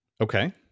Okay